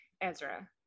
Ezra